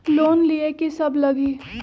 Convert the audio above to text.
Loan लिए की सब लगी?